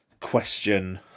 question